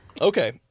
Okay